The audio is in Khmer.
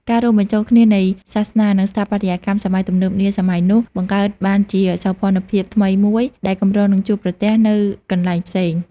ការរួមបញ្ចូលគ្នានៃសាសនា និងស្ថាបត្យកម្មសម័យទំនើបនាសម័យនោះ បង្កើតបានជាសោភ័ណភាពថ្មីមួយដែលកម្រនឹងជួបប្រទះនៅកន្លែងផ្សេង។